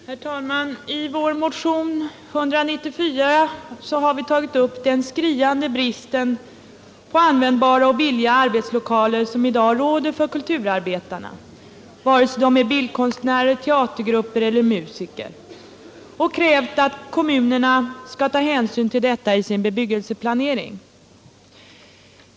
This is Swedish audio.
Herr talman! I vår motion 1976/77:194 har vi tagit upp den skriande brist på användbara och billiga arbetslokaler som i dag råder för kulturarbetarna, oavsett om de är bildkonstnärer, teatergrupper eller musiker, och krävt att kommunerna skall ta hänsyn till detta vid sin bebyggelseplanering.